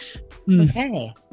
Okay